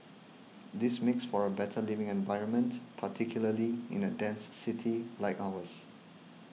this makes for a better living environment particularly in a dense city like ours